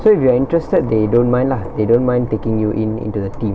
so if you are interested they don't mind lah they don't mind taking you in into the team